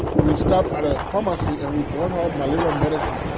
we stopped at a pharmacy, and we bought her malaria medicine.